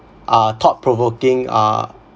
uh thought provoking uh